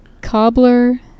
Cobbler